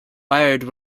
byrd